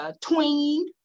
tween